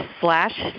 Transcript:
slash